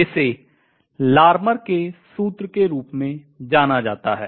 जिसे लार्मर के सूत्र के रूप में जाना जाता है